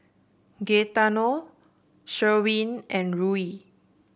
Gaetano Sherwin and Ruie